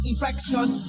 erection